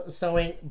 sewing